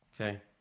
Okay